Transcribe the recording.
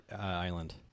island